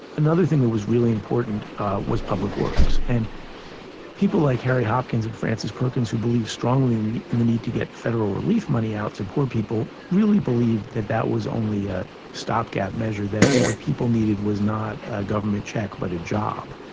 another thing that was really important was public works. and people like harry hopkins and francis perkins, who believed strongly in in the need to get federal relief money out to poor people, really believed that that was only a stopgap measure, that what people needed was not a government cheque but a job.